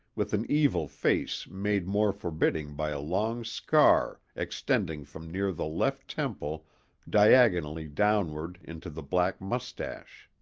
with an evil face made more forbidding by a long scar extending from near the left temple diagonally downward into the black mustache